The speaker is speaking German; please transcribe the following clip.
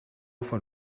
von